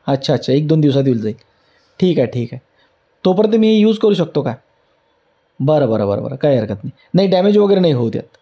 अच्छा अच्छा एक दोन दिवसात येऊन जाईल ठीक आहे ठीक आहे तोपर्यंत मी यूज करू शकतो का बरं बरं बरं बरं काय हरकत नाही नाही डॅमेज वगैरे नाही होऊ देत